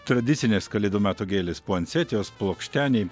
tradicinės kalėdų meto gėlės puansetijos plokšteniai